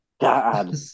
God